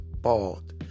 bald